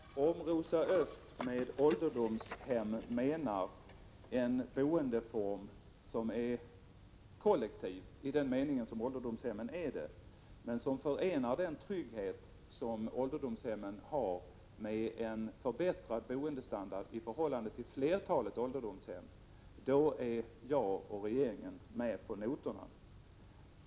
Herr talman! Om Rosa Östh med ålderdomshem avser en boendeform som är kollektiv i den mening som ålderdomshemmen är, men som förenar den trygghet som ålderdomshemmen ger med en förbättrad boendestandard i förhållande till den som nu erbjuds i flertalet ålderdomshem, då är jag och regeringen med på noterna.